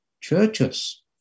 churches